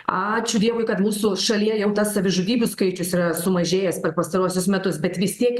ačiū dievui kad mūsų šalyje jau tas savižudybių skaičius yra sumažėjęs per pastaruosius metus bet vis tiek